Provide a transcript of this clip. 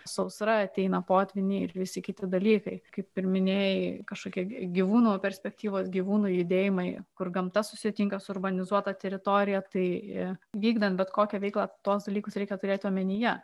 sausra ateina potvyniai ir visi kiti dalykai kaip ir minėjai kažkokia gyvūnų perspektyvas gyvūnų judėjimai kur gamta susitinka su urbanizuota teritorija tai vykdant bet kokią veiklą tuos dalykus reikia turėti omenyje